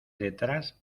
detrás